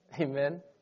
Amen